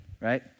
right